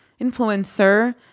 influencer